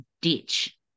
ditch